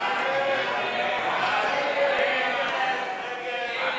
ההסתייגויות לסעיף 84,